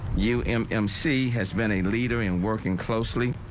u m m c has been a leader in working closely.